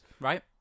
Right